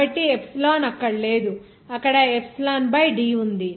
కాబట్టి ఎప్సిలాన్ అక్కడ లేదు అక్కడ ఎప్సిలాన్ బై D ఉంది